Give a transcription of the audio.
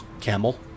Camel